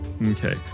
Okay